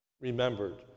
remembered